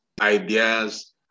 ideas